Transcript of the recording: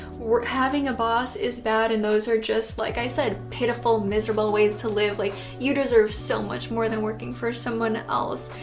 having a boss is bad and those are, just like i said, pitiful, miserable ways to live, like you deserve so much more than working for someone else,